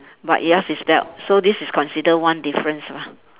but yours is belt so this is consider one difference lah